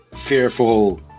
fearful